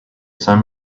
sun